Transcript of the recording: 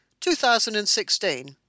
2016